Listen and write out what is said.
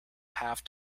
have